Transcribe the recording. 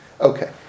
Okay